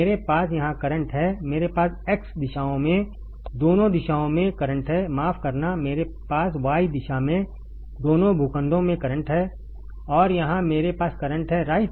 मेरे पास यहां करंट है मेरे पास x दिशाओं में दोनों दिशाओं में करंट है माफ करना मेरे पास y दिशा में दोनों भूखंडों में करंट है और यहां मेरे पास करंट है राइट